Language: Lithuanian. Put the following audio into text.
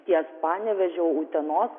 ties panevėžio utenos